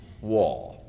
wall